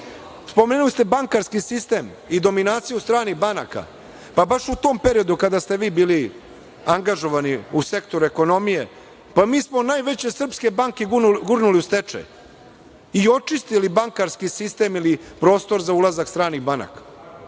junu. Spomenuli ste bankarski sistem i dominaciju stranih banaka. Pa baš u tom periodu kada ste vi bili angažovani u sektoru ekonomije, pa mi smo najveće srpske banke gurnuli u stečaj i očistili bankarski sistem ili prostor za ulazak stranih banaka.